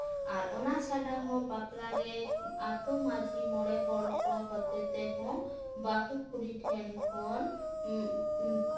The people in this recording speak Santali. ᱟᱨ ᱚᱱᱟ ᱪᱷᱟᱰᱟᱦᱚᱸ ᱵᱟᱯᱞᱟ ᱨᱮ ᱟᱛᱳ ᱢᱟᱺᱡᱷᱤ ᱢᱚᱲᱮ ᱦᱚᱲᱠᱚ ᱦᱚᱛᱮ ᱛᱮᱦᱚᱸ ᱵᱟᱹᱦᱩ ᱠᱩᱲᱤ ᱴᱷᱮᱱ ᱠᱷᱚᱱ ᱠᱷᱚᱱ